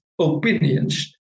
opinions